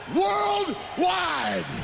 worldwide